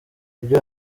ibyo